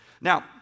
Now